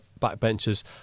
backbenchers